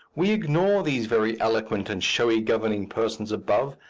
we ignore these very eloquent and showy governing persons above,